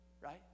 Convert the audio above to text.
Right